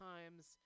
Times